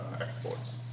exports